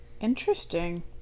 Interesting